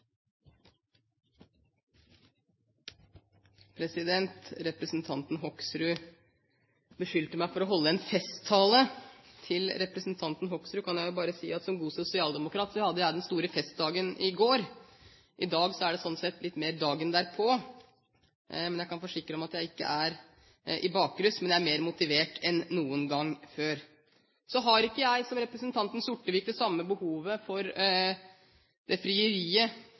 Hoksrud beskyldte meg for å holde en festtale. Til representanten Hoksrud kan jeg jo bare si at som god sosialdemokrat hadde jeg den store festdagen i går. I dag er det sånn sett litt mer dagen derpå. Jeg kan forsikre om at jeg ikke er i bakrus, men er mer motivert enn noen gang før. Så har ikke jeg det samme behovet som representanten Sortevik for det